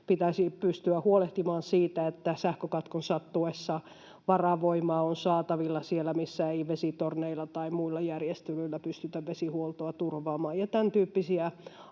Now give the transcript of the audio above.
pitäisi pystyä huolehtimaan siitä, että sähkökatkon sattuessa varavoimaa on saatavilla siellä, missä ei vesitorneilla tai muilla järjestelyillä pystytä vesihuoltoa turvaamaan, tämän tyyppisiä